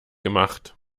gemacht